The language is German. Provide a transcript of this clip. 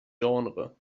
genre